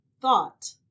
thought